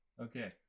Okay